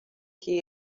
que